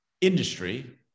industry